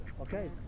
Okay